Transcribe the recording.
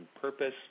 purpose